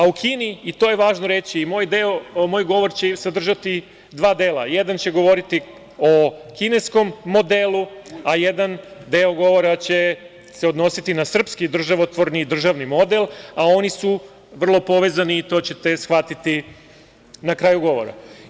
U Kini, i to je važno reći, i moj govor će sadržati dva dela, jedan će govoriti o kineskom modelu, a jedan deo govora će se odnositi na srpski državni model, a oni su vrlo povezani, to ćete shvatiti na kraju govora.